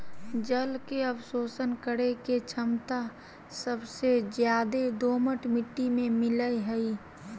जल के अवशोषण करे के छमता सबसे ज्यादे दोमट मिट्टी में मिलय हई